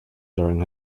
during